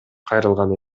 кайрылган